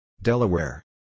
Delaware